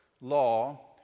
law